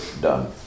done